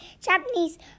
Japanese